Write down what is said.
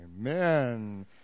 amen